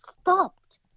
stopped